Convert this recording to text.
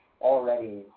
already